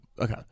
Okay